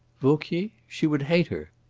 vauquier she would hate her.